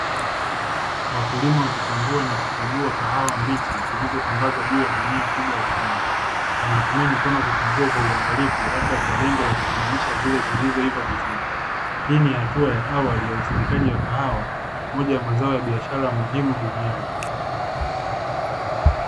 Wakulima wakichabua na kuchagua kuangalia na kuchagua kahawa mbichi zilizotandazwa juu ya gunia kubwa ya mbinu. Wanatumia mikono kuchambua kwa uangalifu, labda kwa lengo la kutenganisha zile zilizoiva vizuri. Hii ni hatua ya awali ya usindikaji wa kahawa, moja ya mazao ya biashara muhimu duniani.